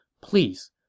Please